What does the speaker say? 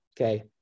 Okay